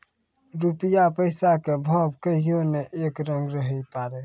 रूपया पैसा के भाव कहियो नै एक रंग रहै पारै